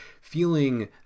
feeling